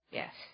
yes